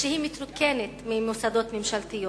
שמתרוקנת ממוסדות ממשלתיים.